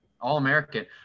All-American